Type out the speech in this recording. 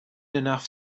enough